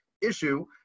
issue